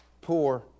poor